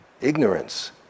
Ignorance